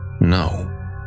No